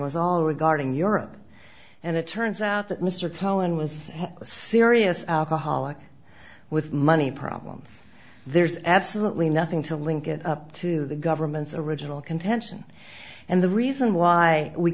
was all regarding europe and it turns out that mr poland was a serious alcoholic with money problems there's absolutely nothing to link it up to the government's original contention and the reason why we